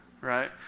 right